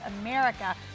America